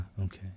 Okay